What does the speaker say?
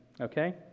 okay